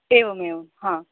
एवमेवं हा